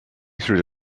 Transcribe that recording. through